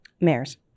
Mares